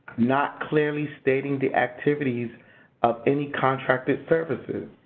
not clearly stating the activities of any contracted services.